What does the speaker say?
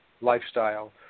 lifestyle